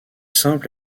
simple